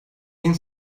bin